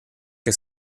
que